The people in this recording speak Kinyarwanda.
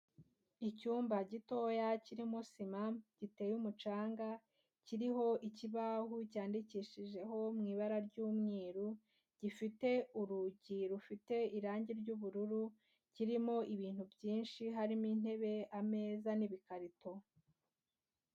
Icyumba gitoya kirimo sima giteye umucanga, kiriho ikibaho cyandikishijeho mu ibara ry'umweru, gifite urugi rufite irange ry'ubururu, kirimo ibintu byinshi harimo intebe, ameza n'ibikarito.